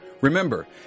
Remember